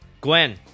Gwen